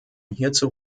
hierzu